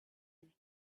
and